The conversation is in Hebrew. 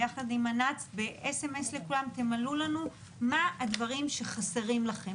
ביחד עם אנ"צ באס-אם-אס לכולם: תמלאו לנו מה הדברים שחסרים לכם,